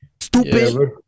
Stupid